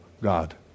God